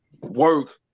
work